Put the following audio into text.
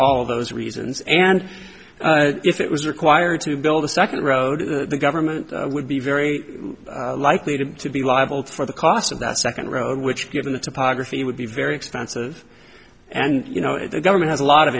all those reasons and if it was required to build a second road the government would be very likely to be liable for the cost of that second road which given the topography would be very expensive and you know the government has a lot of